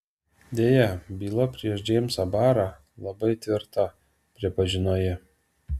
deja byla prieš džeimsą barą labai tvirta pripažino ji